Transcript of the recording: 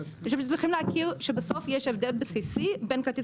אני חושבת שצריכים להכיר שבסוף יש הבדל בסיסי בין כרטיס